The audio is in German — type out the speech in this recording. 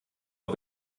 und